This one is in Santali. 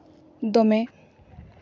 ᱫᱚᱢᱮ